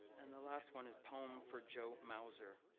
and the last one is poem for joe mauser.